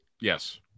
yes